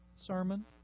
sermon